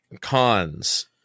Cons